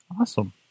Awesome